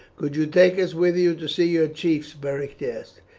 could you take us with you to see your chiefs? beric asked.